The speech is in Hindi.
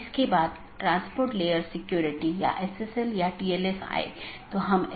इसमें स्रोत या गंतव्य AS में ही रहते है